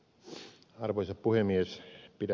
arvoisa puhemies